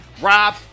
Rob